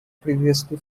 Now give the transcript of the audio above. previously